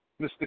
Mr